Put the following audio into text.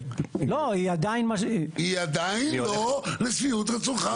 היא עדיין לא לשביעות רצונך.